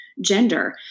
Gender